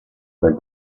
del